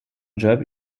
jobs